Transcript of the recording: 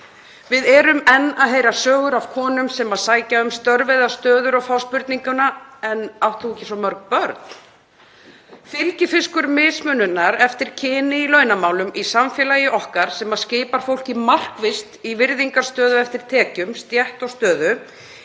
Við erum enn að heyra sögur af konum sem sækja um störf eða stöður og fá spurninguna: En átt þú ekki svo mörg börn? Fylgifiskur mismununar eftir kyni í launamálum í samfélagi okkar sem skipar fólki markvisst í virðingarstöðu eftir tekjum, stétt og stöðu